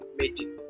meeting